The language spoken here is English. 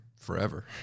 forever